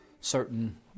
certain